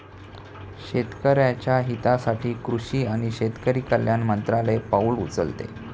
शेतकऱ्याच्या हितासाठी कृषी आणि शेतकरी कल्याण मंत्रालय पाउल उचलते